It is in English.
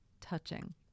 touching